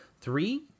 Three